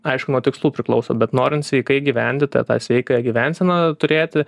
aišku nuo tikslų priklauso bet norint sveikai įgyvendinti tą sveiką gyvenseną turėti